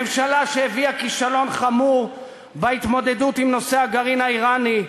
ממשלה שהביאה כישלון חמור בהתמודדות עם נושא הגרעין האיראני,